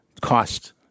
cost